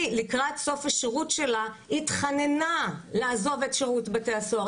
היא לקראת סוף השירות שלה התחננה לעזוב את שירות בתי הסוהר,